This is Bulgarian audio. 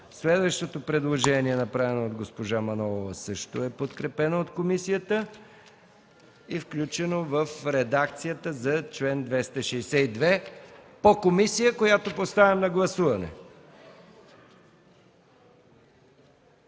Следващото предложение, направено от госпожа Манолова, също е подкрепено от комисията и включено в редакцията на чл. 262 по комисия, която поставям на гласуване.